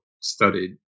studied